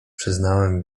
przyznałem